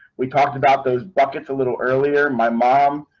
we talked about those buckets, a little earlier. my mom.